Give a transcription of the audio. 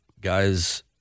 guys